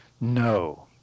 No